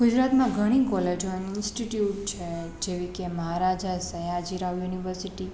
ગુજરાતમાં ઘણી કોલેજો એન્ડ ઇન્સ્ટિટ્યૂટ છે જેવી કે મહારાજા સયાજીરાવ યુવર્સિટી